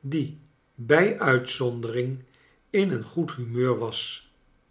die bij uitzondering in een goed humeur was